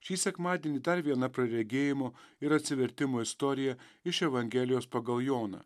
šį sekmadienį dar viena praregėjimo ir atsivertimo istorija iš evangelijos pagal joną